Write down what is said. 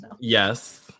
Yes